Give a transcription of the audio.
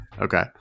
okay